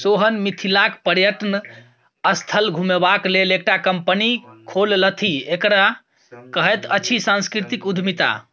सोहन मिथिलाक पर्यटन स्थल घुमेबाक लेल एकटा कंपनी खोललथि एकरे कहैत अछि सांस्कृतिक उद्यमिता